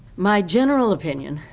my general opinion,